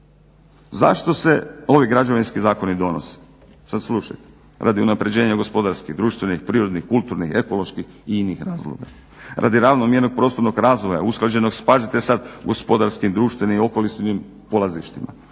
Zašto se ovi građevinski zakoni donose? Sada slušajte. Radi unapređenja gospodarskih, društvenih, prirodnih, kulturnih, ekoloških i inih razloga. Radi ravnomjernog prostornog razvoja, usklađenost, pazite sada, gospodarskih, društvenim i okolišnim polazištima.